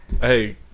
Hey